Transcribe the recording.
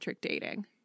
dating